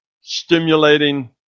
stimulating